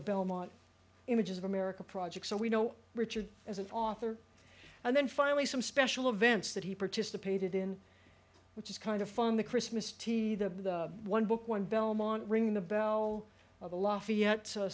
the belmont images of america project so we know richard as an author and then finally some special events that he participated in which is kind of fun the christmas t the one book one belmont ring the bell of the lafayette